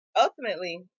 ultimately